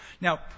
Now